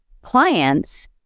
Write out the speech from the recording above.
clients